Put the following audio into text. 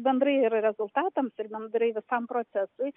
bendrai ir rezultatams ir bendrai visam procesui